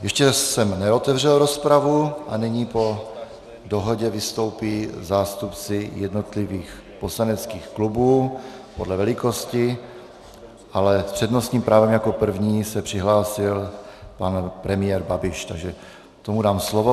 Ještě jsem neotevřel rozpravu a nyní po dohodě vystoupí zástupci jednotlivých poslaneckých klubů podle velikosti, ale s přednostním právem jako první se přihlásil pan premiér Babiš, takže tomu dám slovo.